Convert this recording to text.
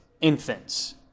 infants